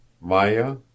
maya